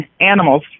animals